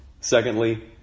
Secondly